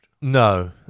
No